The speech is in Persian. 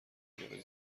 بیاوری